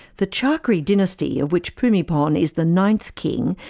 the chakri dynasty, of which bhumibol and is the ninth king,